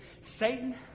Satan